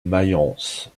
mayence